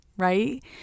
right